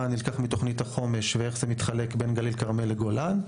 מה נלקח מתוכנית החומש ואיך זה מתחלק בין גליל כרמל לגולן,